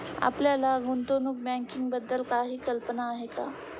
आपल्याला गुंतवणूक बँकिंगबद्दल काही कल्पना आहे का?